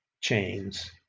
chains